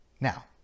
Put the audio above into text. Now